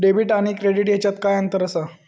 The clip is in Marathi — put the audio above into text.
डेबिट आणि क्रेडिट ह्याच्यात काय अंतर असा?